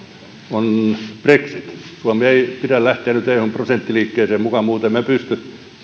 on brexit suomen ei pidä lähteä nyt eun prosenttiliikkeeseen mukaan muuten me emme pysty